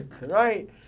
Right